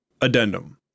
Addendum